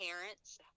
parents